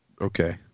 Okay